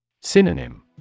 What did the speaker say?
Synonym